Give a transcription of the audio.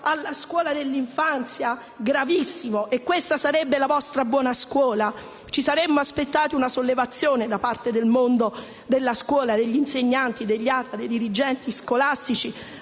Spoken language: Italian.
alla scuola dell'infanzia? Gravissimo. Questa sarebbe la vostra buon scuola? Ci saremmo aspettati una sollevazione da parte del mondo della scuola, degli insegnanti, dal personale ATA e dai dirigenti scolastici,